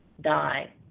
die